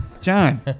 John